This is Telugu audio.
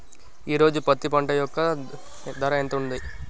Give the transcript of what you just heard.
ఈ రోజు పత్తి పంట యొక్క ధర ఎంత ఉంది?